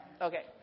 okay